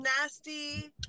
nasty